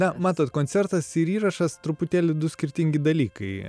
na matot koncertas ir įrašas truputėlį du skirtingi dalykai